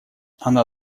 она